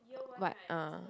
but uh